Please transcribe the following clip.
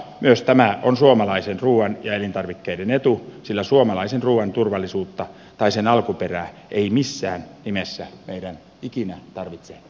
myös tämä on suomalaisen ruuan ja elintarvikkeiden etu sillä suomalaisen ruuan turvallisuutta tai sen alkuperää ei missään nimessä meidän ikinä tarvitse hävetä